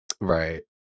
Right